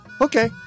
Okay